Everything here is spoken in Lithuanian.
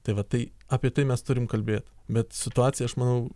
tai va tai apie tai mes turim kalbėt bet situacija aš manau